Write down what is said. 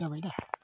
जाबाय दा